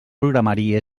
programari